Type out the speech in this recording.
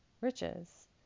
riches